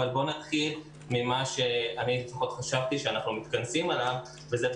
אבל בוא ונתחיל לעניין שאני חשבתי שאנחנו מתכנסים אליו וזה,